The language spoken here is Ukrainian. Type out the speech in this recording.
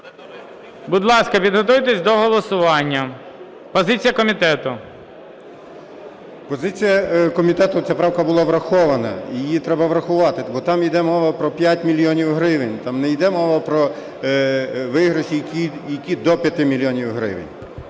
Будь ласка, підготуйтесь до голосування. Позиція комітету. 11:34:29 МАРУСЯК О.Р. Позиція комітету. Ця правка була врахована. Її треба врахувати, бо там іде мова про 5 мільйонів гривень. Там не іде мова про виграші, які до 5 мільйонів гривень.